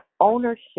ownership